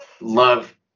love